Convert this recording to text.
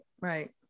right